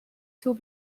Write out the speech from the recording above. too